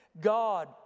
God